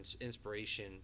inspiration